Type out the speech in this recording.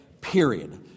Period